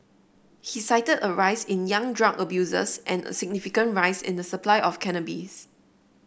he cited a rise in young drug abusers and a significant rise in the supply of cannabis